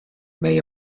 may